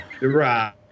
Right